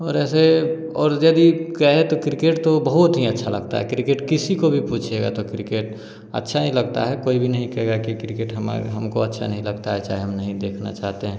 और ऐसे और यदि कहें तो क्रिकेट तो बहुत ही अच्छा लगता है क्रिकेट किसी को भी पूछिएगा तो क्रिकेट अच्छा ही लगता है कोई भी नहीं कहेगा कि क्रिकेट हमा हमको अच्छा नहीं लगता है चाहे हम नहीं देखना चाहते